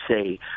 say